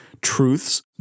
truths